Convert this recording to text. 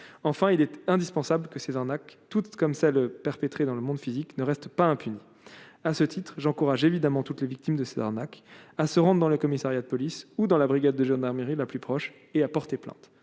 enfin il est indispensable que ces arnaques toutes comme celle perpétrée dans le monde physique ne restent pas impunis à ce titre j'encourage évidemment toutes les victimes de ces arnaques à se rendent dans le commissariat de police ou dans la brigade de gendarmerie la plus proche. Et à porter plainte,